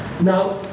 Now